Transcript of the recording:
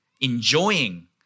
enjoying